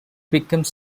become